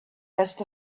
rest